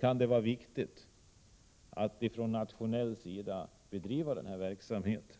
kan det vara viktigt att bedriva denna verksamhet med nationell utgångspunkt.